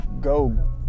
go